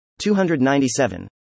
297